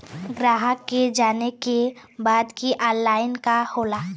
ग्राहक के जाने के बा की ऑनलाइन का होला?